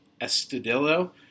Estudillo